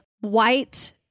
white